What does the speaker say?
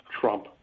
Trump